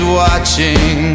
watching